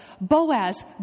Boaz